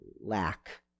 lack